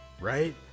right